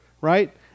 right